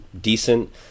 decent